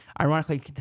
ironically